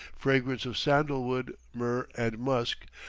fragrance of sandalwood, myrrh and musk,